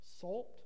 salt